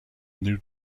new